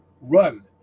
run